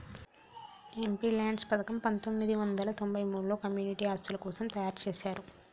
MPLADS పథకం పందొమ్మిది వందల తొంబై మూడులో కమ్యూనిటీ ఆస్తుల కోసం తయ్యారుజేశారు